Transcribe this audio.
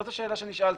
זאת השאלה שנשאלתם.